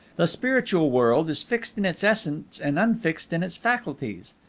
the spiritual world is fixed in its essence and unfixed in its faculties.